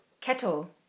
Kettle